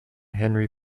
henry